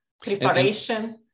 preparation